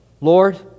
Lord